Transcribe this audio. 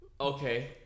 Okay